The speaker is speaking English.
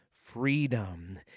freedom